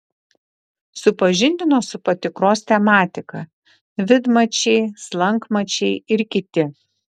supažindino su patikros tematika vidmačiai slankmačiai ir kiti